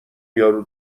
یارو